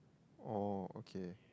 oh okay